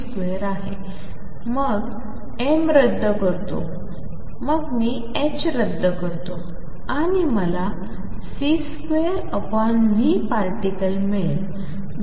मग m रद्द करतो मी h रद्द करतोआणि मला c2vparticle मिळेल